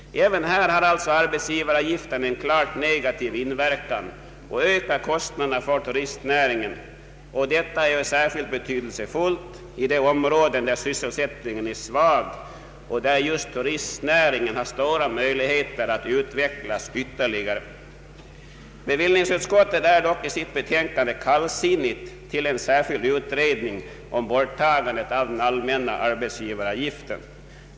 även här har arbetsgivaravgiften en klart negativ inverkan, då den ökar kostnaderna för turistnäringen. Detta är särskilt betydelsefullt i de områden där sysselsättningen är svag och där just turistnäringen har stora möjligheter att utvecklas ytterligare. Bevillningsutskottet är dock i sitt betänkande kallsinnigt till en särskild utredning om borttagande av den allmänna arbetsgivaravgiften.